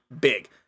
big